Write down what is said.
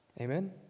Amen